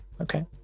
Okay